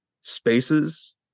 spaces